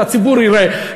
והציבור יראה,